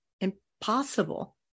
impossible